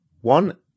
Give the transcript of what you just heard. One